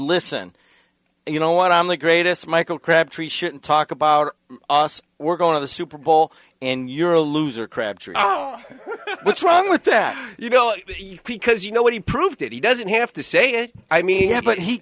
listen you know what i'm the greatest michael crabtree shouldn't talk about we're going to the super bowl and you're a loser crabtree know what's wrong with that you know because you know what he proved it he doesn't have to say it i mean but he